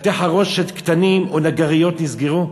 בתי-חרושת קטנים ונגריות נסגרו.